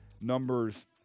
numbers